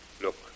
look